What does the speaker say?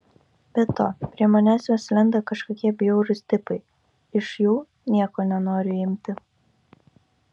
be to prie manęs vis lenda kažkokie bjaurūs tipai iš jų nieko nenoriu imti